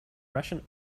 russian